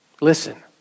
Listen